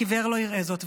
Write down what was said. רק עיוור לא יראה זאת,